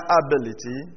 ability